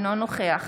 אינו נוכח